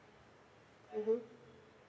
mm